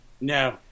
No